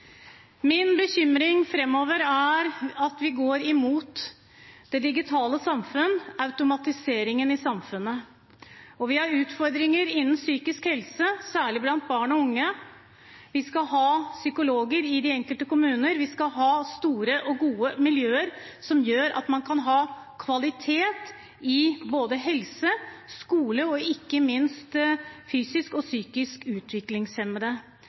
Min bekymring framover er at vi går mot det digitale samfunn, automatiseringen i samfunnet, og vi har utfordringer innen psykisk helse, særlig blant barn og unge. Vi skal ha psykologer i de enkelte kommunene, vi skal ha store og gode miljøer som gjør at man kan ha kvalitet når det gjelder både helse, skole og ikke minst fysisk og psykisk utviklingshemmede.